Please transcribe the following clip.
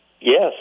Yes